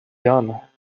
done